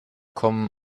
kommen